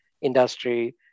industry